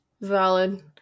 valid